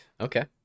okay